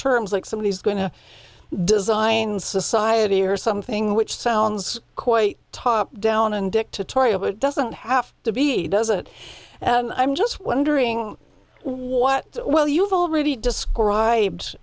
terms like somebody is going to design society or something which sounds quite top down and dictatorial but it doesn't have to be does it and i'm just wondering what well you've already described